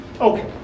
Okay